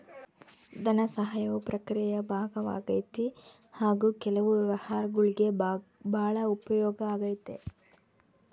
ಧನಸಹಾಯವು ಪ್ರಕ್ರಿಯೆಯ ಭಾಗವಾಗೈತಿ ಹಾಗು ಕೆಲವು ವ್ಯವಹಾರಗುಳ್ಗೆ ಭಾಳ ಉಪಯೋಗ ಆಗೈತೆ